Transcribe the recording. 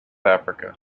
africa